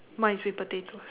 mine is with potatoes